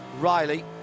Riley